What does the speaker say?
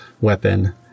weapon